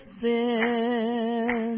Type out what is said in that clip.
sin